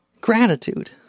gratitude